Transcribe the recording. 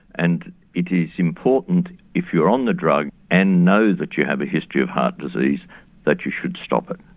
and it is important if you are on the drug and know that you have a history of heart disease that you should stop it,